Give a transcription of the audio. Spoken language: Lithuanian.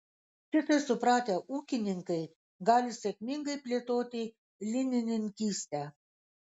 šitai supratę ūkininkai gali sėkmingai plėtoti linininkystę